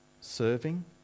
serving